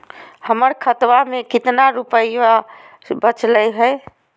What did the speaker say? हमर खतवा मे कितना रूपयवा बचल हई?